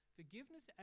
forgiveness